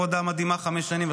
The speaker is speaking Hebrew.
עבודה מדהימה חמש שנים,